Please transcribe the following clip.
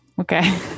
Okay